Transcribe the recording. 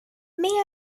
may